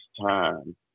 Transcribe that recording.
time